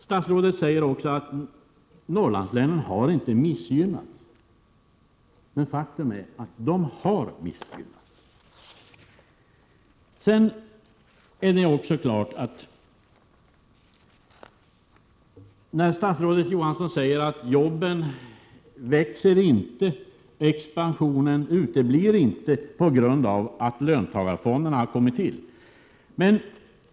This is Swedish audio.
Statsrådet säger också att Norrlandslänen inte har missgynnats, men faktum är att de har missgynnats. Statsrådet Johansson säger vidare att den uteblivna expansionen inte beror på att löntagarfonderna har kommit till.